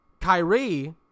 Kyrie